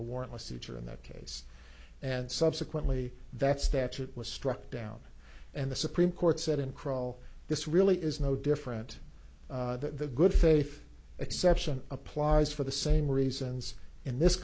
a warrant was suture in that case and subsequently that statute was struck down and the supreme court said in crawl this really is no different that the good faith exception applies for the same reasons in this